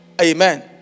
Amen